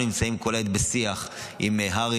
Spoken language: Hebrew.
אנחנו נמצאים כל העת בשיח עם הר"י,